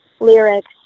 lyrics